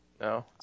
No